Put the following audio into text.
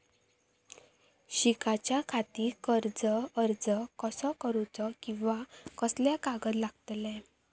शिकाच्याखाती कर्ज अर्ज कसो करुचो कीवा कसले कागद लागतले?